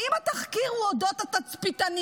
האם התחקיר הוא אודות התצפיתניות,